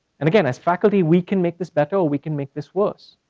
and again, as faculty we can make this better or we can make this worse,